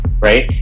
right